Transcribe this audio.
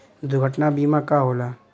दुर्घटना बीमा का होला?